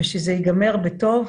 וזה ייגמר בטוב,